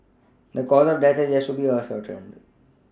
the cause of death has yet to be ascertained